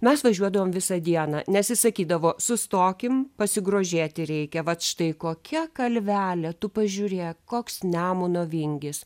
mes važiuodavom visą dieną nes jis sakydavo sustokim pasigrožėti reikia vat štai kokia kalvelė tu pažiūrėk koks nemuno vingis